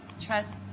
trust